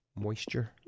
Moisture